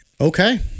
Okay